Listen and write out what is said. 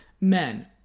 men